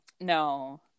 No